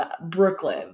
Brooklyn